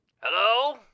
hello